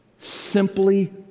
simply